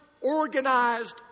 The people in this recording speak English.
organized